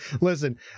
Listen